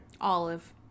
Olive